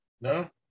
No